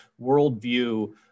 worldview